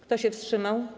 Kto się wstrzymał?